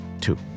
two